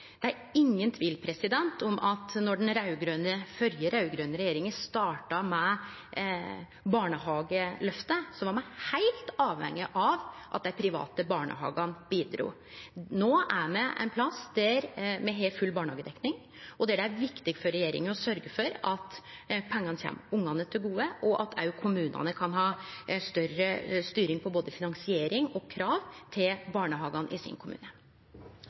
Det er ingen tvil om at då den førre raud-grøne regjeringa starta med barnehageløftet, var me heilt avhengige av at dei private barnehagane bidrog. No er me ein plass der me har full barnehagedekning, og der det er viktig for regjeringa å sørgje for at pengane kjem ungane til gode, og at kommunane kan ha større styring på både finansiering og krav til barnehagane i kommunen sin.